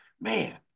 man